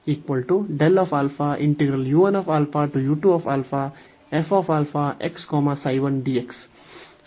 ಆದ್ದರಿಂದ ಈ ξ 1 ಗೆ ಹೋದಂತೆ 0 ಗೆ ಹೋಗುತ್ತದೆ